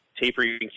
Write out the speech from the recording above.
tapering